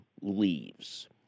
leaves